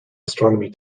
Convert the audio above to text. astronomy